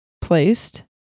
placed